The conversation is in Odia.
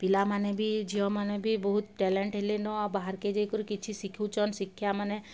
ପିଲାମାନେ ବି ଝିଅମାନେ ବି ବହୁତ ଟ୍ୟାଲେଣ୍ଟ୍ ହେଲେନ ଆଉ ବାହାର୍କେ ଯାଇକରି କିଛି ଶିଖୁଚନ୍ ଶିକ୍ଷାମାନେ